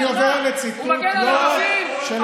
על מה?